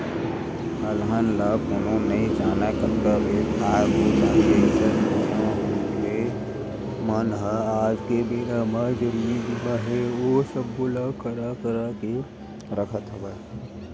अलहन ल कोनो नइ जानय कतका बेर काय हो जाही अइसन म मनखे मन ह आज के बेरा म जरुरी बीमा हे ओ सब्बो ल करा करा के रखत हवय